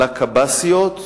לקב"סיות,